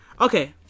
Okay